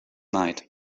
night